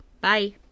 Bye